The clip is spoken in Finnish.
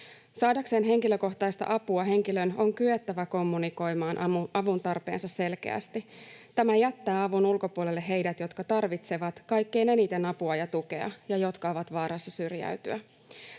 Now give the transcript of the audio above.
Saadakseen henkilökohtaista apua henkilön on kyettävä kommunikoimaan avuntarpeensa selkeästi. Tämä jättää avun ulkopuolelle heidät, jotka tarvitsevat kaikkein eniten apua ja tukea ja jotka ovat vaarassa syrjäytyä.